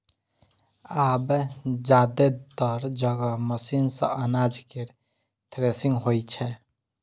आब जादेतर जगह मशीने सं अनाज केर थ्रेसिंग होइ छै